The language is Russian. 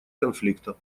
конфликта